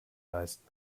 leisten